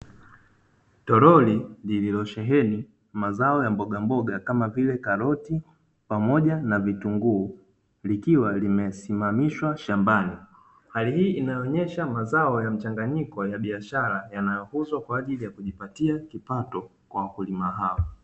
Toroli lililosheheni mazao ya mboga mboga kama vile karoti pamoja na vitunguu, likiwa limesimamishwa shambani hali hii inaonyesha mazao ya mchanganyiko ya biashara yanayouzwa kwaajili ya kujipatia kipato kwa wakulima hao.